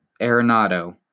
Arenado